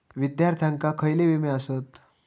विद्यार्थ्यांका खयले विमे आसत?